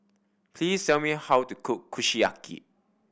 please tell me how to cook Kushiyaki